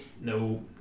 no